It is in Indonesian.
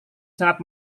sangat